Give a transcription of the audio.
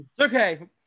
Okay